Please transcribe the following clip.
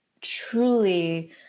truly